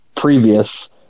previous